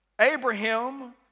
Abraham